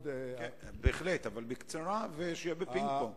בהחלט, אבל בקצרה, שיהיה בפינג-פונג.